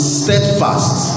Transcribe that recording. steadfast